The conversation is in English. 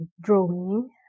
drawing